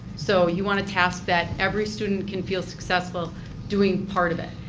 so you want to task that every student can feel successful doing part of it.